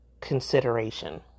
consideration